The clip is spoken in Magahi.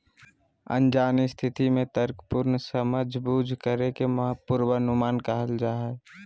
अनजान स्थिति में तर्कपूर्ण समझबूझ करे के पूर्वानुमान कहल जा हइ